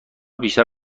بیشتر